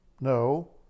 No